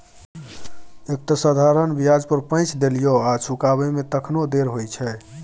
एक तँ साधारण ब्याज पर पैंच देलियौ आ चुकाबै मे तखनो देर होइ छौ